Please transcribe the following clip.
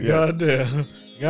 Goddamn